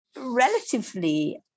relatively